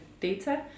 data